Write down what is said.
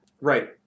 Right